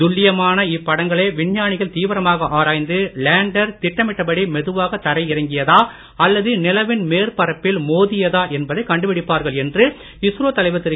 துல்லியமான இப்படங்களை விஞ்ஞானிகள் தீவிரமாக ஆராய்ந்து லேண்டர் திட்டமிட்டபடி மெதுவாக தரையிறங்கியதா அல்லது நிலவின் மேற்பரப்பில் மோதியதா என்பதை கண்டுபிடிப்பார்கள் என்று இஸ்ரோ தலைவர் திரு